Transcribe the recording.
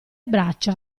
braccia